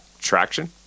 traction